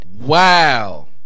Wow